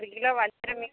ஒரு கிலோ வஞ்சரம் மீன்